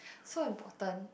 so important